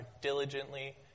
diligently